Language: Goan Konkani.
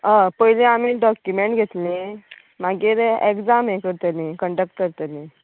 हय पयली आमी डाॅक्यूमेन्ट घेतलीं मागीर एक्जाम हे करतलीं कन्डक्ट करतलीं